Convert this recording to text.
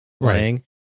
playing